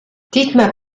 dietmar